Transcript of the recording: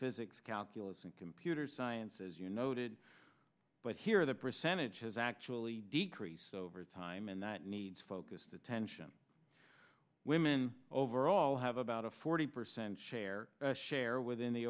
physics calculus and computer science as you noted but here the percentage has actually decreased over time and that needs focused attention women overall have about a forty percent share share within the